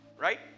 Right